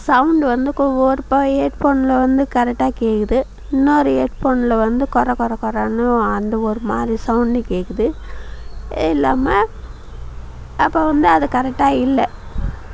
sound வந்து ஒரு பா ஹெட் ஃபோனில் வந்து கரெட்டாக கேட்குது இன்னொரு ஹெட் ஃபோனில் வந்து கொர கொர கொரனு அந்த ஒரு மாதிரி சவுண்ட் கேட்குது இல்லாமல் அப்போ வந்து அது கரெட்டாக இல்லை